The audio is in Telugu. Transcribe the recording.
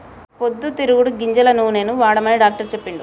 పొద్దు తిరుగుడు గింజల నూనెనే వాడమని డాక్టర్ చెప్పిండు